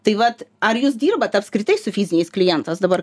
tai vat ar jūs dirbat apskritai su fiziniais klientas dabar